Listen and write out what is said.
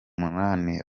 munani